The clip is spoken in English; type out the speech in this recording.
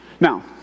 Now